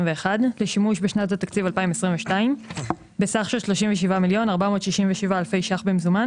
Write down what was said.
לשימוש בשנת התקציב 2022 בסך של 37,467,000 ₪ במזומן